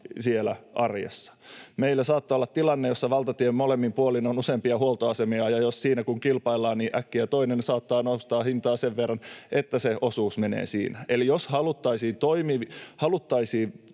senttiä muuttuisi. Meillä saattaa olla tilanne, jossa valtatien molemmin puolin on useampia huoltoasemia, ja siinä kun kilpaillaan, äkkiä toinen saattaa nostaa hintaa sen verran, että se osuus menee siinä. Eli jos haluttaisiin